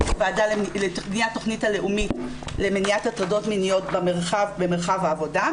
בבניית תכנית לאומית למניעת הטרדות מיניות במרחב ה עבודה,